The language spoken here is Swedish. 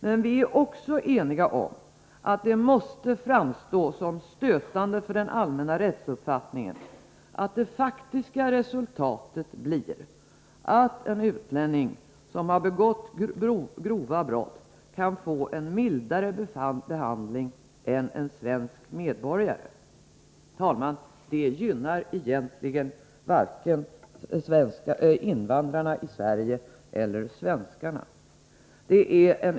Men vi är också eniga om att det måste framstå såsom stötande för den allmänna rättsuppfattningen att det faktiska resultatet blir att en utlänning som har begått grova brott kan få en mildare behandling än en svensk medborgare. Detta gynnar varken invandrarna i Sverige eller svenskarna.